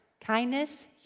kindness